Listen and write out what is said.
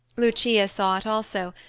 lucia saw it also,